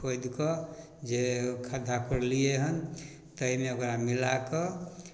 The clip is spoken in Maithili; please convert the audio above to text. खोदिकऽ जे खद्धा कोड़लिएहन ताहिमे ओकरा मिलाकऽ